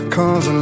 Cause